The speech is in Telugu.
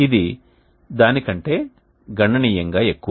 ఇది దాని కంటే గణనీయంగా ఎక్కువ